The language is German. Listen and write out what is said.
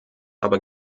aber